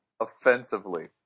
offensively